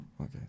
Okay